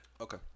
Okay